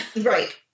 Right